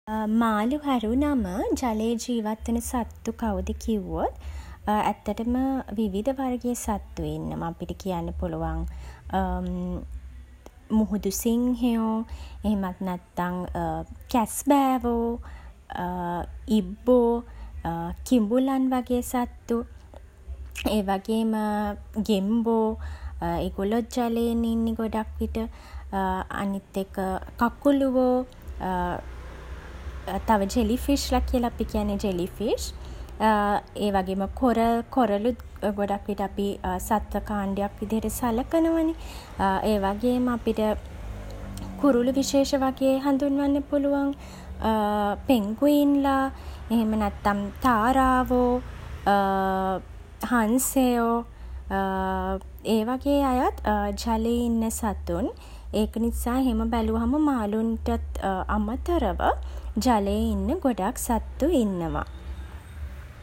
මාළු හැරුනම ජලයේ ජීවත් වෙන සත්තු කව්ද කිව්වොත්, ඇත්තටම විවිධ වර්ගයේ සත්තු ඉන්නවා. අපිට කියන්න පුළුවන් මුහුදු සිංහයෝ, එහෙමත් නැත්තන් කැස්බෑවෝ, ඉබ්බෝ, කිඹුලන් වගේ සත්තු. ඒවගේම ගෙම්බෝ ඒගොල්ලොත් ජලයෙනේ ඉන්නේ ගොඩක් විට. අනිත් එක කකුළුවෝ. තව, ජෙලි ෆිෂ් ලා කියල අපි කියන්නේ. Jelly fish. ඒවගේම කොරල්. කොරලුත් ගොඩක් විට අපි සත්ව කාණ්ඩයක් විදියට සලකනවා නේ. ඒවගේම අපිට කුරුළු විශේෂ වගේ හඳුන්වන්න පුළුවන්. පෙන්ගුයින්ලා, එහෙම නැත්තන් තාරාවෝ හංසයෝ ඒ වගේ අයත් ජලයේ ඉන්න සතුන්. ඒක නිසා එහෙම බැලුවම මාළුන්ටත් අමතරව, ජලයේ ඉන්න ගොඩක් සත්තු ඉන්නවා.